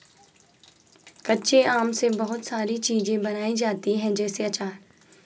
कच्चे आम से बहुत सारी चीज़ें बनाई जाती है जैसे आचार